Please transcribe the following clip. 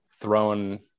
thrown